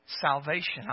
salvation